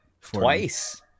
Twice